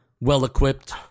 well-equipped